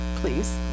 Please